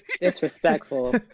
Disrespectful